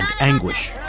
anguish